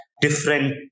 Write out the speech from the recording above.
different